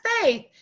faith